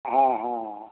ਹਾਂ ਹਾਂ